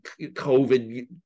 COVID